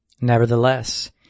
Nevertheless